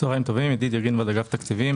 צוהריים טובים, ידידיה גרינברג, אגף תקציבים.